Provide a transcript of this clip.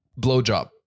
blowjob